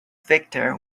victor